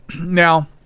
Now